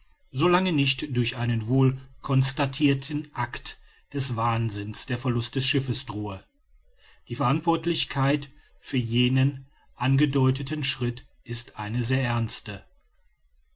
lange nicht durch einen wohl constatirten act des wahnsinns der verlust des schiffes drohe die verantwortlichkeit für jenen angedeuteten schritt ist eine sehr ernste